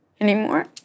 anymore